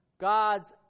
god's